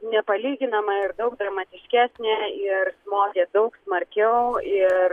nepalyginama ir daug dramatiškesnė ir smogė daug smarkiau ir